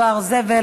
דואר זבל),